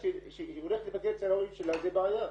שהיא הולכת לבקר אצל ההורים שלה זה בעיה,